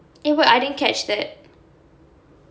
eh what I didn't catch that